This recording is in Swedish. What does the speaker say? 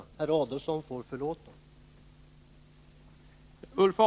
Herr Adelsohn får förlåta.